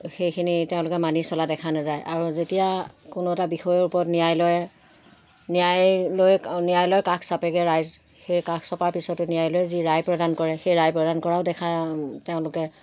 সেইখিনি তেওঁলোকে মানি চলা দেখা নাযায় আৰু যেতিয়া কোনো এটা বিষয়ৰ ওপৰত ন্যায়লৈ ন্যায়লৈ কাষ চাপেগে ৰাইজ সেই কাষ চাপাৰ পিছতো ন্যায়লৈ যি ৰায় প্ৰদান কৰে সেই ৰায় প্ৰদান কৰাও দেখা তেওঁলোকে